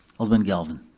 alderman galvin.